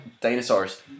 dinosaurs